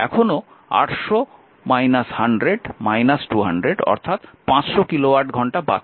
এখনও 800 100 200 500 কিলোওয়াট ঘন্টা বাকি আছে